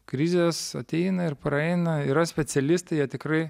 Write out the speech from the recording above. krizės ateina ir praeina yra specialistai jie tikrai